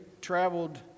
traveled